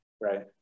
Right